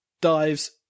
Dives